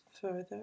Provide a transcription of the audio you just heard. further